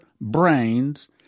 brains